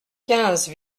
quinze